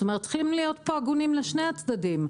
צריך להיות פה הגונים לשני הצדדים.